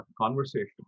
conversation